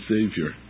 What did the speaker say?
Savior